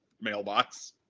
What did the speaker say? mailbox